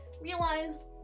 realize